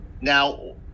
Now